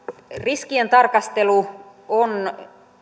riskien tarkastelu on